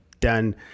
done